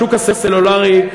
בשוק הסלולרי,